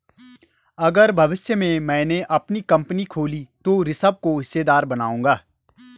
अगर भविष्य में मैने अपनी कंपनी खोली तो ऋषभ को हिस्सेदार बनाऊंगा